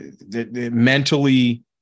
mentally